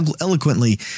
eloquently